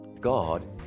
God